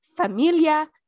Familia